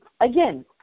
again